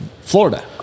Florida